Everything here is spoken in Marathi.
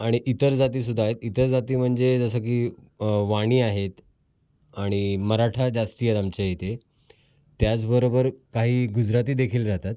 आणि इतर जातीसुदा आहेत इतर जाती म्हणजे जसं की वाणी आहेत आणि मराठा जास्ती आहेत आमच्या इथे त्याचबरोबर काही गुजराती देखील रहातात